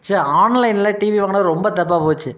ச்ச ஆன்லைனில் டிவி வாங்கினது ரொம்ப தப்பாக போச்சு